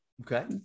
okay